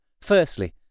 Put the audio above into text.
Firstly